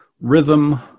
Rhythm